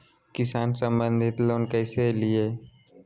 किसान संबंधित लोन कैसै लिये?